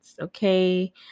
okay